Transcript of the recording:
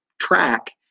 track